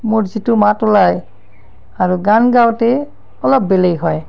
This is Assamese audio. মোৰ যিটো মাত ওলায় আৰু গান গাওঁতে অলপ বেলেগ হয়